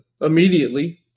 immediately